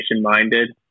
minded